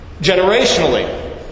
generationally